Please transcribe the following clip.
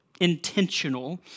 intentional